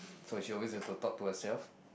so she always have to talk to herself